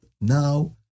now